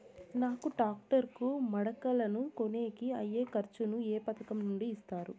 నాకు టాక్టర్ కు మడకలను కొనేకి అయ్యే ఖర్చు ను ఏ పథకం నుండి ఇస్తారు?